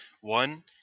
One